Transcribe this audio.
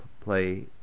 play